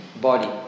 body